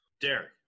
Derek